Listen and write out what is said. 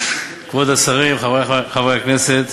כבוד השרים, חברי חברי הכנסת,